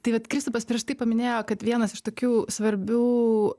tai vat kristupas prieš tai paminėjo kad vienas iš tokių svarbių